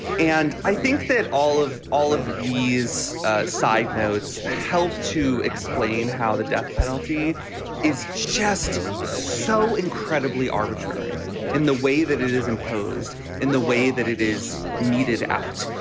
and i think that all of all of these side notes help to explain how the death penalty is chest so incredibly arbitrary in the way that it is imposed, in the way that it is meted out,